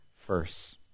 first